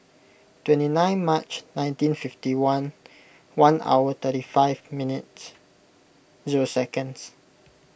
twenty nine March nineteen fifty one one hour thirty five minutes zero seconds